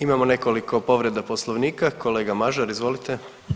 Imamo nekoliko povreda Poslovnika, kolega Mažar izvolite.